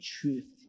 truth